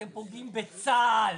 אתם פוגעים בצה"ל,